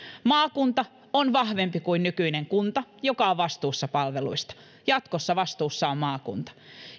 maakunta on vahvempi kuin nykyinen kunta joka on vastuussa palveluista jatkossa vastuussa on maakunta